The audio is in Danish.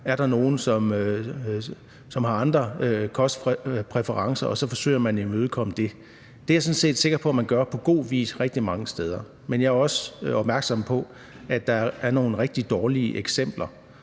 er der nogle, der har andre kostpræferencer? Så forsøger man at imødekomme det. Det er jeg sådan set sikker på at man gør på god vis rigtig mange steder. Men jeg er også opmærksom på, at der er nogle rigtig dårlige eksempler,